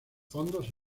fondos